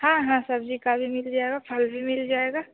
हाँ हाँ सब्जी का भी मिल जाएगा फल भी मिल जाएगा